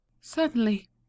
Certainly